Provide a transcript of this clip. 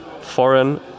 foreign